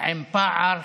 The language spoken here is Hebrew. עם פער